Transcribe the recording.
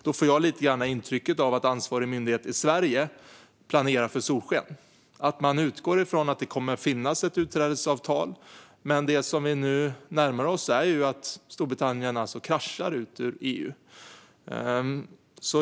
Då får jag intrycket att ansvarig myndighet i Sverige planerar för solsken, att man utgår från att det kommer att finnas ett utträdesavtal. Men det som vi nu närmar oss är ju att Storbritannien kraschar ut ur EU.